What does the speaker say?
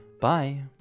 Bye